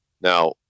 Now